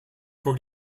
vor